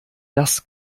das